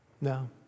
No